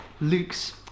Luke's